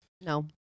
no